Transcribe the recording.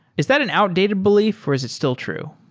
is that an outdated belief or is it still true?